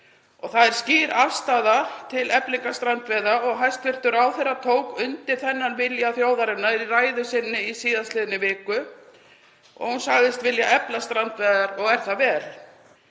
Það er skýr afstaða til eflingar strandveiða og hæstv. ráðherra tók undir þennan vilja þjóðarinnar í ræðu sinni í síðastliðinni viku. Hún sagðist vilja efla strandveiðar og er það vel.